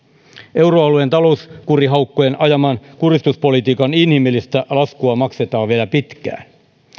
euroalueen talouskurihaukkojen ajaman kuristuspolitiikan inhimillistä laskua maksetaan vielä pitkään